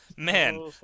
Man